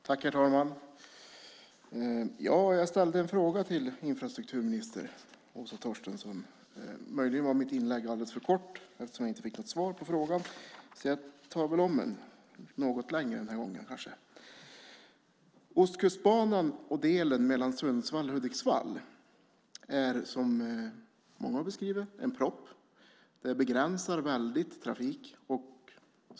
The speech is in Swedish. Herr talman! Jag ställde en fråga till infrastrukturminister Åsa Torstensson. Möjligen var mitt inlägg alldeles för kort, eftersom jag inte fick något svar på frågan. Så jag tar väl om den - något längre den här gången, kanske. Ostkustbanan och delen mellan Sundsvall och Hudiksvall är, som många har beskrivit det, en propp. Den begränsar trafiken väldigt mycket.